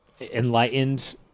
Enlightened